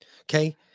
Okay